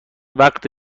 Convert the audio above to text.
وقت